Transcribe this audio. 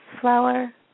flower